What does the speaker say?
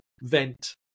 vent